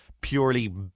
purely